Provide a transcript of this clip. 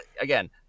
again